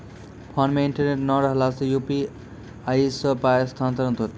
Phone मे internet नै रहला सॅ, यु.पी.आई सॅ पाय स्थानांतरण हेतै?